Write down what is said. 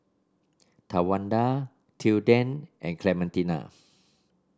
Tawanda Tilden and Clementina